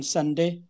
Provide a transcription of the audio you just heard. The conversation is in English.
Sunday